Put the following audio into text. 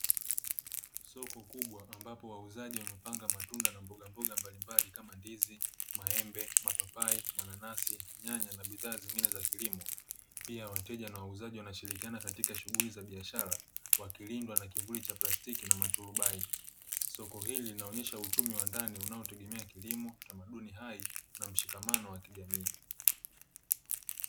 Soko kubwa ambapo wauzaji wamepanga matunda na mbogamboga mbalimbali kama ndizi, maembe, mapapai, mananasi, nyanya na bidhaa zingine za kilimo. Pia wateja na wauzaji wanashirikiana katika shughuli za biashara wakilindwa na kivuli cha plastiki na turubai. Soko hili linaonyesha uchumi wa ndani unaotegemea kilimo, tamaduni hai na ushirikiano wa kijamii.